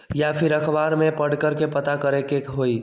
या फिर अखबार में पढ़कर के पता करे के होई?